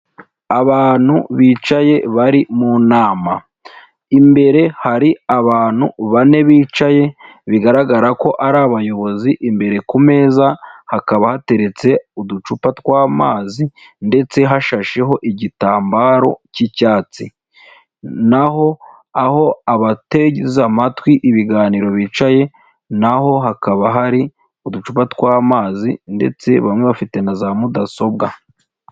Abantu bicaye bari mu nama, imbere hari abantu bane bicaye, bigaragara ko ari abayobozi, imbere ku meza hakaba hateretse uducupa tw'amazi ndetse hashasheho igitambaro cy'icyatsi, na ho aho abateze amatwi ibiganiro bicaye na ho hakaba hari uducupa tw'amazi ndetse bamwe bafite na za mudasobwa.